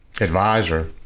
advisor